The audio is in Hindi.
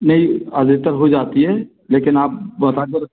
नइ अधिकतर हो जाती है लेकिन आप